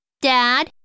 Dad